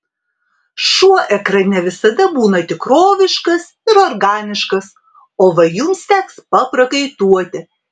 šuo ekrane visada būna tikroviškas ir organiškas o va jums teks paprakaituoti